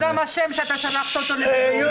מה הבן-אדם אשם שאת שלחת אותו לבידוד?